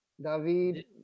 David